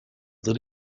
that